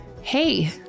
hey